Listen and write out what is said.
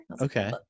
Okay